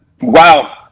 Wow